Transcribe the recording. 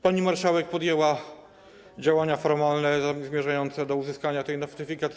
Pani marszałek podjęła działania formalne zmierzające do uzyskania tej notyfikacji.